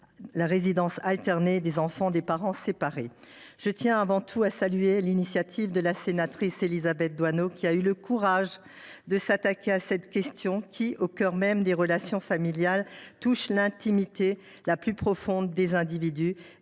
la résidence alternée des enfants de parents séparés. Je tiens à saluer l’initiative de la sénatrice Élisabeth Doineau, qui a eu le courage de s’attaquer à cette question. Celle ci est au cœur même des relations familiales et touche à l’intimité la plus profonde des individus,